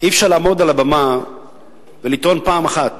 אי-אפשר לעמוד על הבמה ולטעון פעם אחת